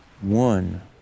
one